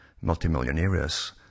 multimillionaires